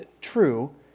true